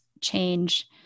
change